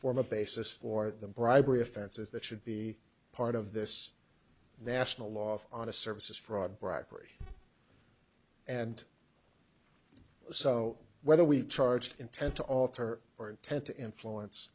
form a basis for the bribery offenses that should be part of this national law on a services fraud bribery and so whether we charge intent to alter or intent to influence